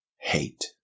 hate